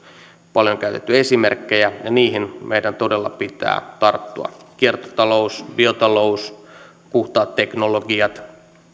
paljon käytetty esimerkkejä ja niihin meidän todella pitää tarttua kiertotalous biotalous puhtaat teknologiat